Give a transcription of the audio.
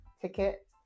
ticket